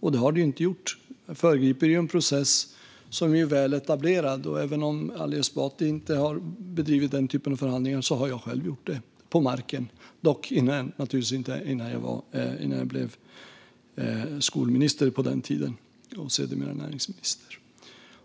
Och det har det inte gjort; han föregriper en process som är väl etablerad. Även om Ali Esbati inte har bedrivit den typen av förhandlingar har jag själv gjort det, på marken - dock naturligtvis innan jag blev skolminister, på den tiden, och sedermera näringsminister.